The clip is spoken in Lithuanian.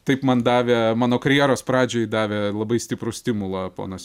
taip man davė mano karjeros pradžiai davė labai stiprų stimulą ponas